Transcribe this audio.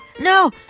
no